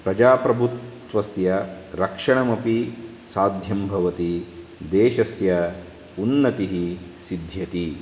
प्रजाप्रभुत्वस्य रक्षणमपि साध्यं भवति देशस्य उन्नतिः सिद्ध्यति